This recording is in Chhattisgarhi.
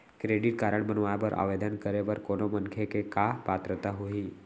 क्रेडिट कारड बनवाए बर आवेदन करे बर कोनो मनखे के का पात्रता होही?